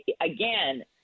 again